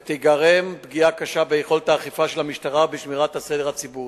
ותיגרם פגיעה קשה ביכולת האכיפה של המשטרה ובשמירת הסדר הציבורי.